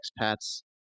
expats